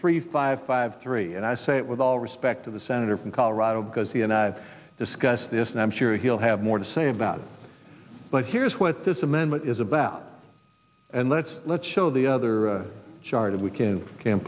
three five five three and i say it with all respect to the senator from colorado because he and i have discussed this and i'm sure he'll have more to say about it but here's what this amendment is about and let's let's show the other chart of we can you can